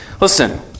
Listen